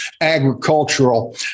agricultural